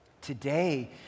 Today